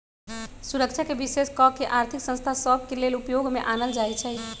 सुरक्षाके विशेष कऽ के आर्थिक संस्था सभ के लेले उपयोग में आनल जाइ छइ